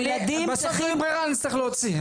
הילדים צריכים --- בסוף לא תהיה ברירה אני אצטרך להוציא.